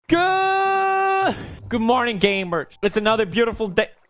good good morning gamers. it's another beautiful day.